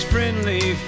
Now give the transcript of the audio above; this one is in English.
Friendly